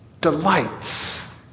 delights